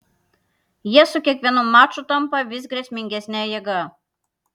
jie su kiekvienu maču tampa vis grėsmingesne jėga